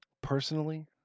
personally